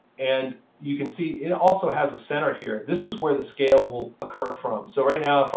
and you can see it also has a center here. this is where the scale will occur from. so right now,